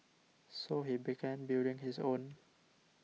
so he began building his own